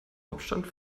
hauptstadt